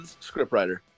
scriptwriter